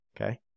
Okay